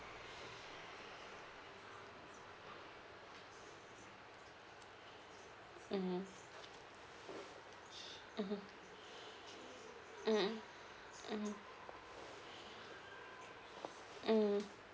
mmhmm mmhmm mmhmm mmhmm mm